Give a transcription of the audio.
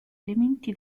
elementi